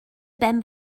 ben